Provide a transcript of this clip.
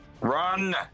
Run